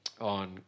on